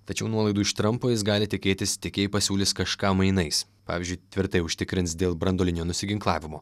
tačiau nuolaidų iš trampo jis gali tikėtis tik jei pasiūlys kažką mainais pavyzdžiui tvirtai užtikrins dėl branduolinio nusiginklavimo